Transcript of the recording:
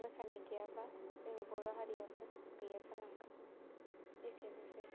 मोसानाय गैयाबा जोंनि बर' हारियाबो गैया जालांगोन एसेनोसै